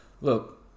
look